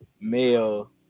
male